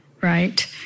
right